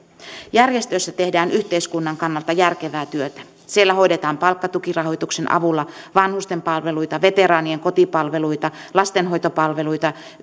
järjestöissä tehdään yhteiskunnan kannalta järkevää työtä siellä hoidetaan palkkatukirahoituksen avulla vanhustenpalveluita veteraanien kotipalveluita lastenhoitopalveluita